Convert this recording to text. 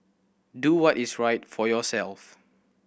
do what is right for yourself